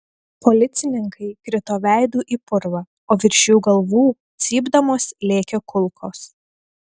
policininkai krito veidu į purvą o virš jų galvų cypdamos lėkė kulkos